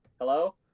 hello